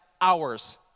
hours